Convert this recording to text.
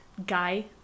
guy